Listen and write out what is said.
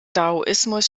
daoismus